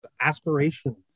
aspirations